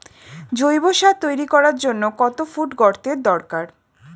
জৈব সার তৈরি করার জন্য কত ফুট গর্তের দরকার?